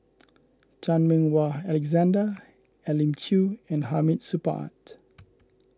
Chan Meng Wah Alexander Elim Chew and Hamid Supaat